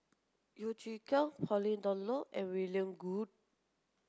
Yeo Chee Kiong Pauline Dawn Loh and William Goode